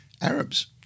Arabs